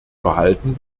verhalten